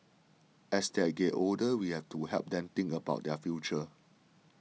as they're get older we have to help them think about their future